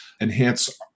enhance